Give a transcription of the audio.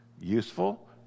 Useful